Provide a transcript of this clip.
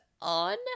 on